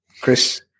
Chris